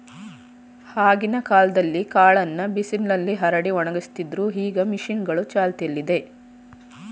ಆಗಿನ ಕಾಲ್ದಲ್ಲೀ ಕಾಳನ್ನ ಬಿಸಿಲ್ನಲ್ಲಿ ಹರಡಿ ಒಣಗಿಸ್ತಿದ್ರು ಈಗ ಮಷೀನ್ಗಳೂ ಚಾಲ್ತಿಯಲ್ಲಿದೆ